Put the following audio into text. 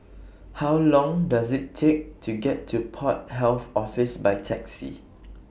How Long Does IT Take to get to Port Health Office By Taxi